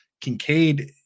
Kincaid